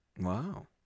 wow